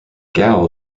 gao